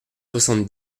soixante